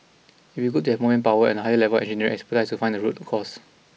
it would be good to have more manpower and a higher level of engineering expertise to find the root cause